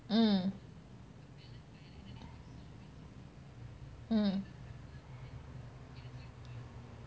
mm mm